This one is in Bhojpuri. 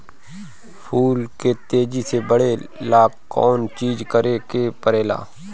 फूल के तेजी से बढ़े ला कौन चिज करे के परेला?